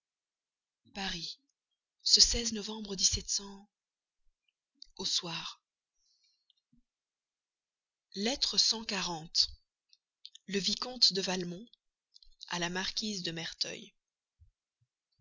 paris ce novembre au soir lettre cent quarante le vicomte de valmont à la marquise de merteuil